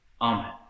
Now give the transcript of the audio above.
Amen